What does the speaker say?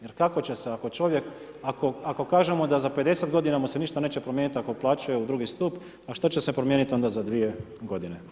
Jer kako će se, ako čovjek, ako kažemo da za 50 godina mu se ništa neće promijeniti, ako uplaćuje u drugi stup a što će se promijeniti onda za 2 godine.